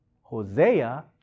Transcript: Hosea